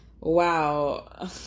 wow